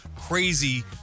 crazy